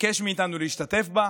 ביקש מאיתנו להשתתף בה,